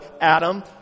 Adam